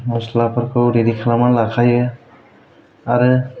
मस्लाफोरखौ रेदि खालामनानै लाखायो आरो